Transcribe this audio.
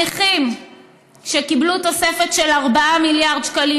הנכים קיבלו תוספת של 4 מיליארד שקלים.